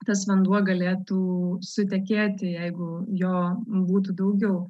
tas vanduo galėtų sutekėti jeigu jo būtų daugiau